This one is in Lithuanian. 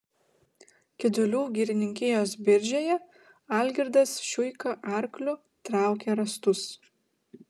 kidulių girininkijos biržėje algirdas šiuika arkliu traukė rąstus